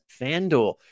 FanDuel